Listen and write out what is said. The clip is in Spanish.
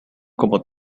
como